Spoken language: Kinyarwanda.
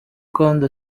kandi